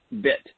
bit